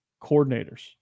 coordinators